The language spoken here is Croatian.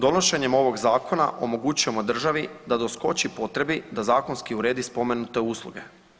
Donošenjem ovog zakona omogućujemo državi da doskoči potrebi da zakonski uredi spomenute usluge.